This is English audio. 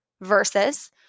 versus